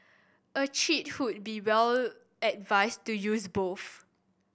a cheat would be well advised to use both